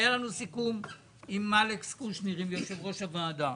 היה לנו סיכום עם אלכס קושניר, יושב ראש הוועדה,